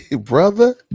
brother